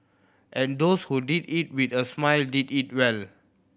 and those who did it with a smile did it well